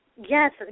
Yes